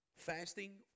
Fasting